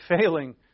failing